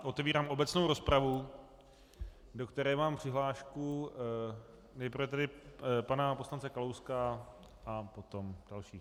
Otevírám obecnou rozpravu, do které mám přihlášku nejprve pana poslance Kalouska a potom dalších.